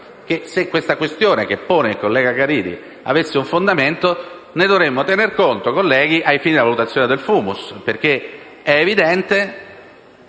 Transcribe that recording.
che, se la questione che pone il collega Caridi avesse un fondamento, ne dovremmo tener conto, colleghi, ai fini della valutazione del *fumus*. È evidente,